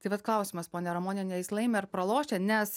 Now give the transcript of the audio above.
tai vat klausimas ponia ramoniene jis laimi ar pralošia nes